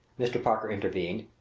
mr. parker intervened,